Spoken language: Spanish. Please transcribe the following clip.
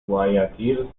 guayaquil